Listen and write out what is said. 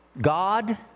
God